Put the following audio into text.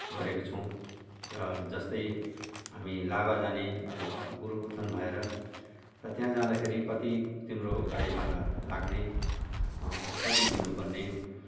गरेको छौँ र जस्तै हामी लाभा जाने अथवा गोरूबथान भएर र त्यहाँ जाँदाखेरि कति तिम्रो गाडी भाडा लाग्ने कति दिनुपर्ने